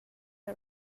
you